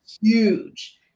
huge